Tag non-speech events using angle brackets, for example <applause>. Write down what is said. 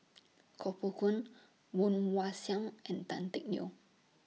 <noise> Koh Poh Koon Woon Wah Siang and Tan Teck Neo